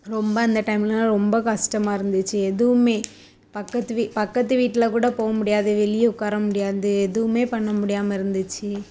ரொம்ப அந்த டைம்லெல்லாம் ரொம்ப கஷ்டமா இருந்துச்சு எதுவுமே பக்கத்து வி பக்கத்து வீட்டில் கூட போக முடியாது வெளியே உட்கார முடியாது எதுவுமே பண்ண முடியாமல் இருந்துச்சு